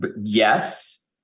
yes